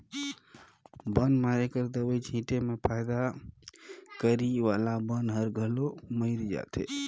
बन मारे कर दवई छीटे में फायदा करे वाला बन हर घलो मइर जाथे